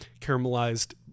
caramelized